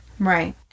Right